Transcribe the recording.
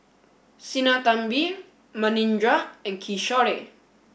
Sinnathamby Manindra and Kishore